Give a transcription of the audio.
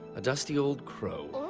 a dusty, old crow.